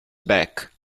back